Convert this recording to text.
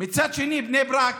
מצד שני, בני ברק,